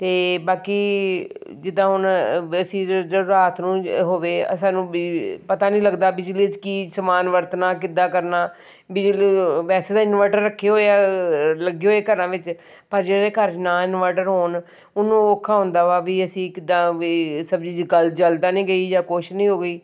ਅਤੇ ਬਾਕੀ ਜਿੱਦਾਂ ਹੁਣ ਵੈਸੇ ਜ ਰਾਤ ਨੂੰ ਜ ਹੋਵੇ ਸਾਨੂੰ ਬਿਜ ਪਤਾ ਨਹੀਂ ਲੱਗਦਾ ਬਿਜਲੀ 'ਚ ਕੀ ਸਮਾਨ ਵਰਤਣਾ ਕਿੱਦਾਂ ਕਰਨਾ ਬਿਜਲੀ ਵੈਸੇ ਤਾਂ ਇਨਵਰਟਰ ਰੱਖੇ ਹੋਏ ਆ ਲੱਗੇ ਹੋਏ ਘਰਾਂ ਵਿੱਚ ਪਰ ਜਿਹੜੇ ਘਰ ਨਾ ਇਨਵਰਟਰ ਹੋਣ ਉਹਨੂੰ ਔਖਾ ਹੁੰਦਾ ਵਾ ਵੀ ਅਸੀਂ ਕਿੱਦਾਂ ਵੀ ਸਬਜ਼ੀ ਗਲ ਜਲ ਤਾਂ ਨਹੀਂ ਗਈ ਜਾਂ ਕੁਛ ਨਹੀਂ ਹੋ ਗਈ